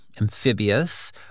amphibious